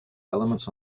elements